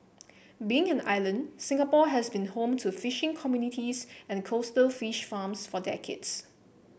being an island Singapore has been home to fishing communities and coastal fish farms for decades